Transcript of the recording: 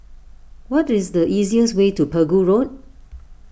what is the easiest way to Pegu Road